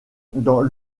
dans